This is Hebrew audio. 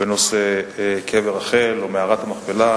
בנושא קבר רחל או מערת המכפלה.